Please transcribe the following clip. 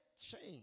change